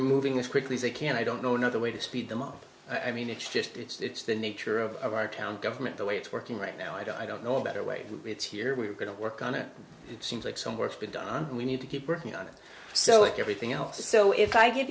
moving as quickly as they can i don't know another way to speed them up i mean it's just it's the nature of our town government the way it's working right now i don't i don't know a better way it's here we are going to work on it it seems like some work's been done and we need to keep working on it so it everything else so if i give